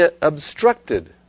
obstructed